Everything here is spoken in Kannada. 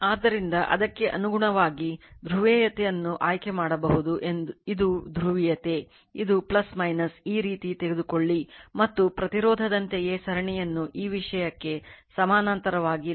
ಆದ್ದರಿಂದ ಅದಕ್ಕೆ ಅನುಗುಣವಾಗಿ ಧ್ರುವೀಯತೆಯನ್ನು ಆಯ್ಕೆ ಮಾಡಬಹುದು ಇದು ಧ್ರುವೀಯತೆ ಇದು ಈ ರೀತಿ ತೆಗೆದುಕೊಳ್ಳಿ ಮತ್ತು ಪ್ರತಿರೋಧದಂತೆಯೇ ಸರಣಿಯನ್ನು ಈ ವಿಷಯಕ್ಕೆ ಸಮಾನಾಂತರವಾಗಿ ಲೆಕ್ಕಹಾಕಿ